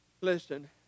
Listen